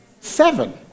Seven